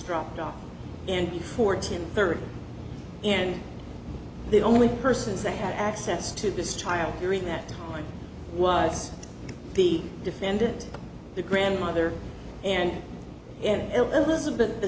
dropped off and before to third and the only person to have access to this child during that time was the defendant the grandmother and a